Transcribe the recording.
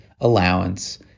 allowance